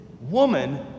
woman